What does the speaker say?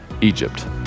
Egypt